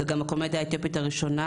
זה גם הקומדיה האתיופית הראשונה,